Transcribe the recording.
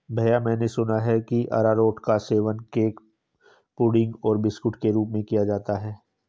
भैया मैंने सुना है कि अरारोट का सेवन केक पुडिंग और बिस्कुट के रूप में किया जाता है